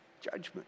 judgment